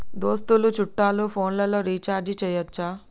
దోస్తులు చుట్టాలు ఫోన్లలో రీఛార్జి చేయచ్చా?